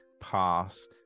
Pass